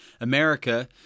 America